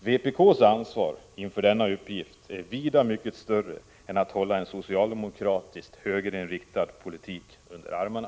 Vpk:s ansvar inför denna uppgift är vida större än att hålla en socialdemokratisk regering med en högerinriktad politik under armarna.